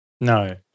No